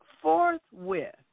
forthwith